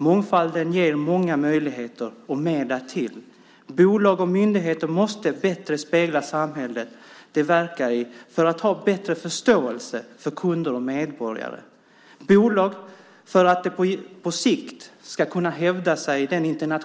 Mångfalden ger många möjligheter och mer därtill. Bolag och myndigheter måste bättre spegla samhället de verkar i för att ha bättre förståelse för kunder och medborgare. Bolag därför att de på sikt ska kunna hävda sig i den